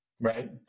Right